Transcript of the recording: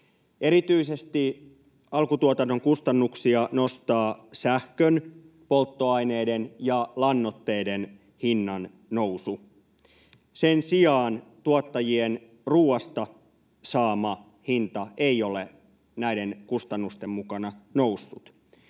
Erityisesti alkutuotannon kustannuksia nostaa sähkön, polttoaineiden ja lannoitteiden hinnan nousu. Sen sijaan tuottajien ruoasta saama hinta ei ole näiden kustannusten mukana noussut.